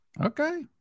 Okay